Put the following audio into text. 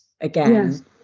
again